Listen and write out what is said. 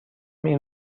این